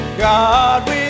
God